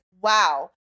wow